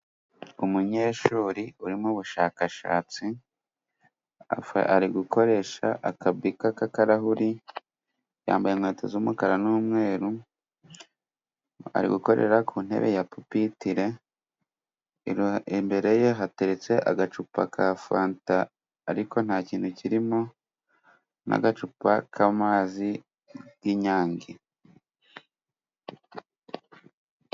Umunyeshuri uri mu bushakashatsi, ari gukoresha akabika k'akarahuri, yambaye inkweto z'umukara n'umweru, ari gukorera ku ntebe ya pipitile, imbere ye hateretse agacupa ka fanta ariko nta kintu kirimo n'agacupa k'amazi y'inyange.